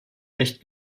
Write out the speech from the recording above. recht